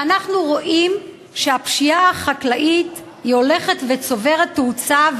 ואנחנו רואים שהפשיעה החקלאית הולכת וצוברת תאוצה.